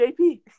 JP